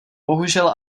bohužel